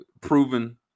proven